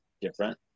different